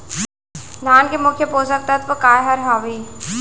धान के मुख्य पोसक तत्व काय हर हावे?